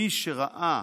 מי שראה